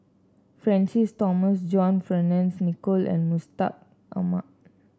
Francis Thomas John Fearns Nicoll and Mustaq Ahmad